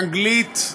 אנגלית,